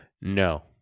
No